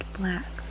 black